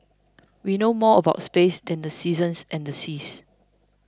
we know more about space than the seasons and the seas